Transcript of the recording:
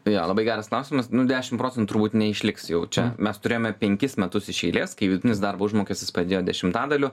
tai labai geras klausimas nu dešim procentų turbūt neišliks jau čia mes turėjome penkis metus iš eilės kai vidutinis darbo užmokestis padidėjo dešimtadaliu